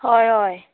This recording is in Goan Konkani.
हय हय